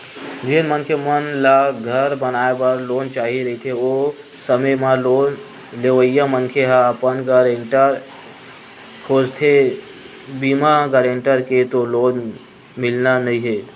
जेन मनखे मन ल घर बनाए बर लोन चाही रहिथे ओ समे म लोन लेवइया मनखे ह अपन गारेंटर खोजथें बिना गारेंटर के तो लोन मिलना नइ हे